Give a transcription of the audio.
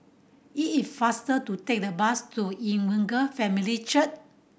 it is faster to take the bus to Evangel Family Church